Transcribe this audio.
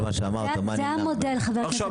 זה המודל, חבר הכנסת ביטון.